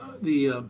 the